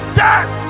death